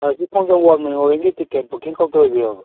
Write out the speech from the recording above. ꯁꯤ ꯈꯣꯡꯖꯣꯝ ꯋꯥꯔ ꯃꯦꯃꯣꯔꯤꯌꯦꯜꯒꯤ ticket booking counter ꯑꯣꯏꯕꯤꯔꯕꯣ